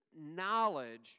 knowledge